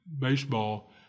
baseball